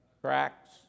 Cracks